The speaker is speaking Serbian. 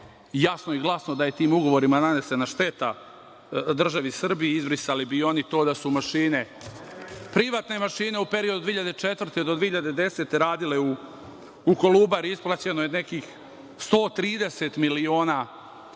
jasno i glasno da je tim ugovorima nanesena šteta državi Srbiji. Izbrisali bi oni i to da su privatne mašine u periodu od 2004. do 2010. godine radile u Kolubari. Isplaćeno je nekih 130 miliona evra